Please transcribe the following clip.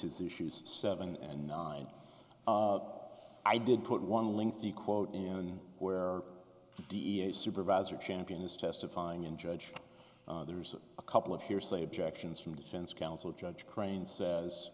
his issues seven and nine i did put one lengthy quote in where d h supervisor champion is testifying in judge there's a couple of hearsay objections from defense counsel judge crane says